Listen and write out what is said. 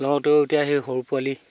লওঁতেও এতিয়া সেই সৰু পোৱালি